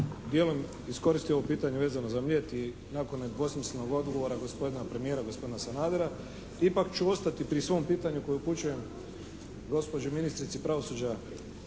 djelom iskoristio ovo pitanje vezano za Mljet i nakon nedvosmislenog odgovora gospodina premijera gospodina Sanadera ipak ću ostati pri svom pitanju koje upućujem gospođi ministri pravosuđa